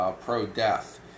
pro-death